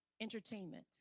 entertainment